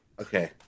Okay